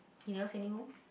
he never send you home